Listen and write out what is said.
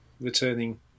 returning